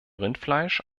rindfleisch